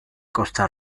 costa